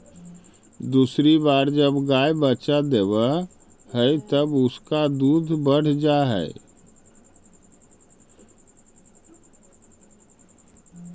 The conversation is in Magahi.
दूसरी बार जब गाय बच्चा देवअ हई तब उसका दूध बढ़ जा हई